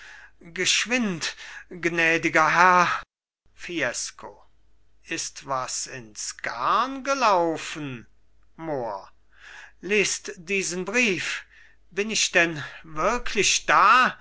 geschwind gnädiger herr fiesco ist was ins garn gelaufen mohr lest diesen brief bin ich denn wirklich da